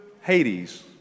Hades